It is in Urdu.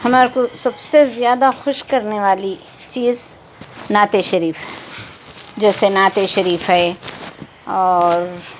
ہمارے کو سب سے زیادہ خوش کرنے والی چیز نعت شریف جیسے نعت شریف ہے اور